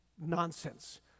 nonsense